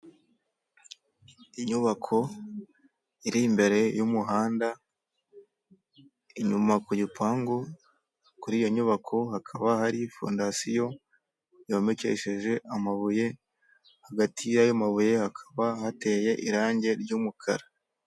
Inyubako iri imbere y'umuhanda inyuma ku gipangu kuri iyo nyubako hakaba hari fondasiyo yomekesheje amabuye, hagati yayo mabuye hakaba hateye irangi ry'umukara.